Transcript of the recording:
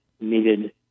needed